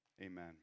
Amen